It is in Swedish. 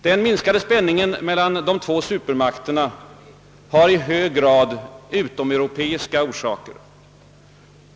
Den minskade spänningen mellan de två supermakterna har i hög grad utomeuropeiska orsaker.